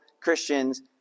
Christians